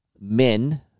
men